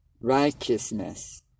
righteousness